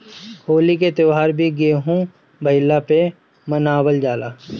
होली के त्यौहार भी गेंहू भईला पे मनावल जाला